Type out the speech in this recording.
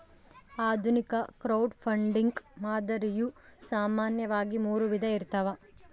ಆಧುನಿಕ ಕ್ರೌಡ್ಫಂಡಿಂಗ್ ಮಾದರಿಯು ಸಾಮಾನ್ಯವಾಗಿ ಮೂರು ವಿಧ ಇರ್ತವ